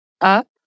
up